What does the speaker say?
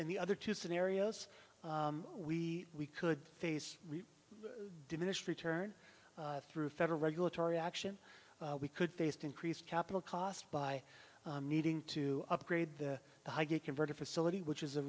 and the other two scenarios we we could face diminished return through federal regulatory action we could based increased capital cost by needing to upgrade the high get converted facility which is a